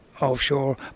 offshore